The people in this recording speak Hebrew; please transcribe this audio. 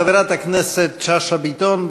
חברת הכנסת שאשא ביטון,